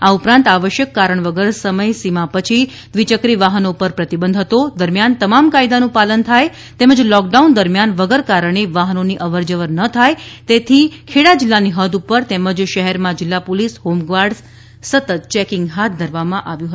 આ ઉપરાંત આવશ્યક કારણ વગર સમય સીમા પછી દ્વિચક્રી વાહનો ઉપર પ્રતિબંધ હતો દરમિયાન તમામ કાયદાનું પાલન થાય તેમજ લોકડાઊન દરમિયાન વગર કારણે વાહનોની અવરજવર ના થાય તેથી ખેડા જિલ્લાની હૃદ ઉપર તેમજ શહેરમાં જિલ્લા પોલીસ હોમગાર્ડઝ સતત ચેકિંગ હાથ ધરવામાં આવ્યું હતું